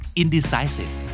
indecisive